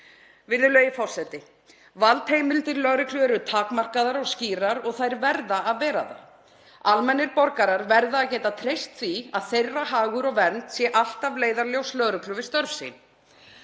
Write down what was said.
Virðulegi forseti. Valdheimildir lögreglu eru takmarkaðar og skýrar og þær verða að vera það. Almennir borgarar verða að geta treyst því að þeirra hagur og vernd sé alltaf leiðarljós lögreglu við störf sín.